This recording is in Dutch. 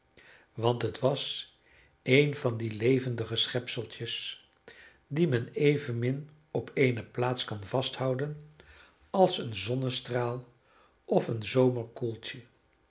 want het was een van die levendige schepseltjes die men evenmin op eene plaats kan vasthouden als een zonnestraal of een